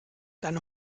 deine